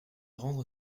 rendre